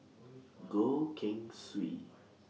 Goh Keng Swee